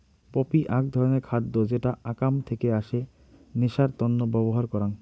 poppy আক ধরণের খাদ্য যেটা আকাম থেকে আসে নেশার তন্ন ব্যবহার করাং